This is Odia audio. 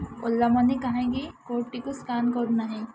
ଓଲା ମନି କାହିଁକି କୋଡ଼୍ଟିକୁ ସ୍କାନ୍ କରୁନାହିଁ